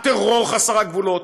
הטרור חסר הגבולות?